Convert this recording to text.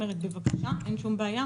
בבקשה, אין שום בעיה.